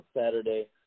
Saturday